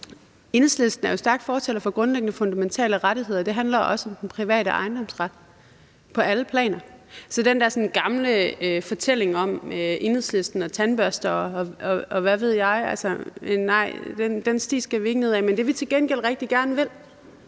Enhedslisten er jo stærk fortaler for grundlæggende, fundamentale rettigheder. Det handler også om den private ejendomsret på alle planer. Det er den der sådan gamle fortælling om Enhedslisten og tandbørster, og hvad ved jeg. Nej, den sti skal vi ikke ned ad. Men det, vi til gengæld rigtig gerne vil,